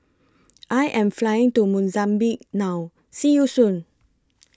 I Am Flying to Mozambique now See YOU Soon